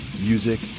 music